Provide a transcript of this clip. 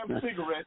cigarette